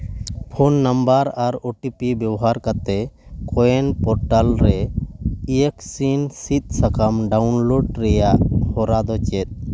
phone number ᱟᱨ O T P ᱵᱮᱵᱚᱦᱟᱨ ᱠᱟᱛᱮ ᱠᱳᱭᱮᱱ ᱯᱚᱨᱴᱟᱞ ᱨᱮ ᱤᱭᱮᱠᱥᱤᱱ ᱥᱤᱫᱽ ᱥᱟᱠᱟᱢ ᱰᱟᱣᱩᱱᱞᱳᱰ ᱨᱮᱭᱟᱜ ᱦᱚᱨᱟ ᱫᱚ ᱪᱮᱫ